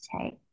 take